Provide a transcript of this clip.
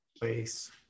place